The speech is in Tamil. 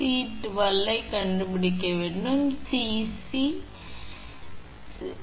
𝐶12 நீங்கள் 𝐶12 ஐக் கண்டுபிடிக்க வேண்டும் எனவே 𝐶𝑐 சரி 𝐶𝑐 பிளஸ் இந்த 2 நீங்கள் இந்த 2 என்று அழைக்கிறீர்கள் மற்றும் இணையாக உள்ளன